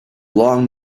long